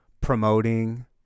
promoting